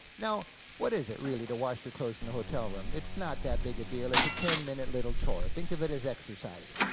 now what is it really to wash your clothes in the hotel room? it's not that big a deal, it's a ten minute little chore. think of it as exercise.